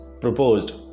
proposed